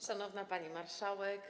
Szanowna Pani Marszałek!